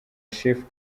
shefu